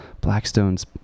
blackstone's